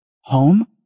home